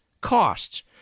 costs